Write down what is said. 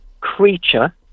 creature